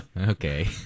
Okay